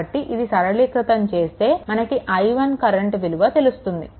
కాబట్టి ఇది సరళీకృతం చేస్తే మనకు i1 కరెంట్ విలువ వస్తుంది